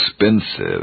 expensive